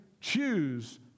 choose